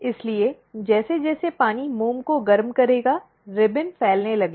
इसलिए जैसे जैसे पानी मोम को गर्म करेगा रिबन फैलने लगेगा